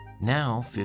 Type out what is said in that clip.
Now